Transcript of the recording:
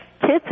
kids